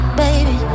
baby